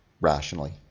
rationally